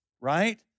right